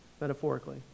metaphorically